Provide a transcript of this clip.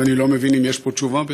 ואני לא מבין אם יש פה תשובה בכלל.